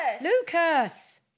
Lucas